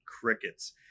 crickets